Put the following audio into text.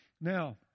Now